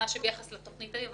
ביחס לתכנית ההיא.